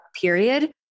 period